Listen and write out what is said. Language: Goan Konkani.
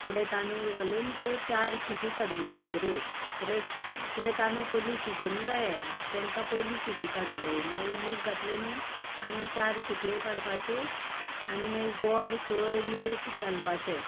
उकडे तांदूळ घालून त्यो चार सिटी काडूंक जाय बऱ्यो बरे उकडे तांदूळ पयलीं शिजोवंक जाये बरे तेंकां पयली सिटी काडूंक जायी मागीर मूंग घातले न्हू आनीक चार सिटी काडपाच्यो आनी मागीर गोड सोय मीठ घालपाचें